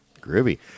Groovy